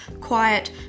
quiet